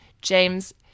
James